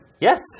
Yes